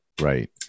right